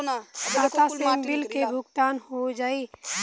खाता से बिल के भुगतान हो जाई?